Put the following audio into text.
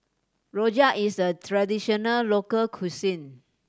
rojak is a traditional local cuisine